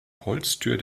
holztür